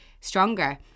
stronger